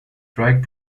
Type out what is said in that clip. track